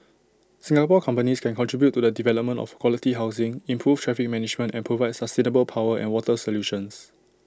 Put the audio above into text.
Singapore companies can contribute to the development of quality housing improve traffic management and provide sustainable power and water solutions